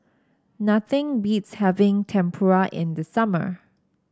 nothing beats having Tempura in the summer